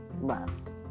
loved